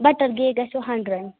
butter cake گژھیو hundred